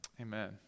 Amen